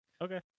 Okay